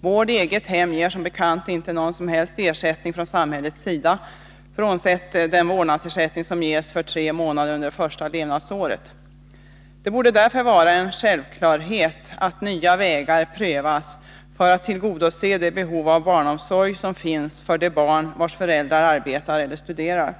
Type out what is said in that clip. Vård i eget hem ger som bekant inte någon som helst ersättning från samhällets sida, frånsett den vårdnadsersättning som ges för tre månader under första levnadsåret. Det borde därför vara en självklarhet att nya vägar prövas för att tillgodose det behov av barnomsorg som finns för de barn vars föräldrar arbetar eller studerar.